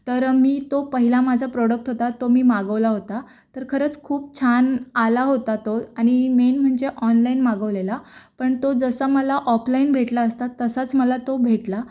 तर मी तो पहिला माझा प्रोडक्ट होता तो मी मागवला होता तर खरंच खूप छान आला होता तो आणि मेन म्हणजे ऑनलाईन मागवलेला पण तो जसा मला ऑपलाईन भेटला असता तसाच मला तो भेटला